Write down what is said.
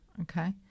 Okay